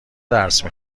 درس